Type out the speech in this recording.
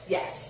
Yes